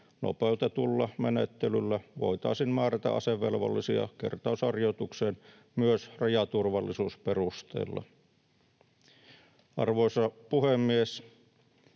nopeutetulla menettelyllä voitaisiin määrätä asevelvollisia kertausharjoitukseen myös rajaturvallisuusperusteella. Arvoisa puhemies!